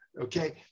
Okay